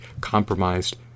compromised